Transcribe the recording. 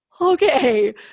okay